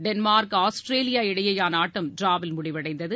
Denmark Australia இடையேயான ஆட்டம் ட்ராவில் முடிவடைந்தது